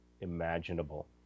imaginable